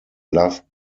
loved